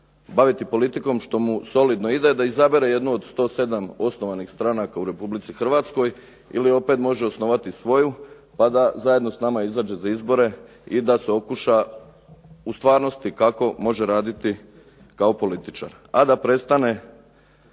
baviti politikom što mu solidno ide da izabere jednu od 107 osnovanih stranaka u Republici Hrvatskoj ili opet može osnovati svoju, pa da zajedno sa nama izađe za izbore i da se okuša u stvarnosti kako može raditi kao političar, a da prestane